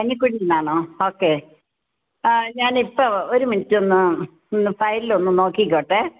കഞ്ഞിക്കുഴിയില് നിന്നാണോ ഓക്കേ ആ ഞാൻ ഇപ്പോൾ ഒരു മിനിറ്റ് ഒന്ന് ഒന്ന് ഫയലില് ഒന്ന് നോക്കിക്കോട്ടേ